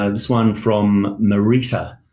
ah this one from narita.